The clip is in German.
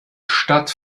stadt